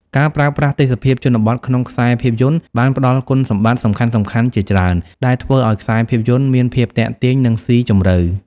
ការប្រើប្រាស់ទេសភាពជនបទក្នុងខ្សែភាពយន្តបានផ្តល់គុណសម្បត្តិសំខាន់ៗជាច្រើន ដែលធ្វើឲ្យខ្សែភាពយន្តមានភាពទាក់ទាញ និងស៊ីជម្រៅ។